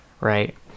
right